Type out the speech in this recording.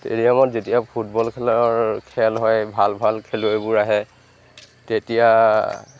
ষ্টেডিয়ামত যেতিয়া ফুটবল খেলৰ খেল হয় ভাল ভাল খেলুৱৈবোৰ আহে তেতিয়া